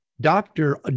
doctor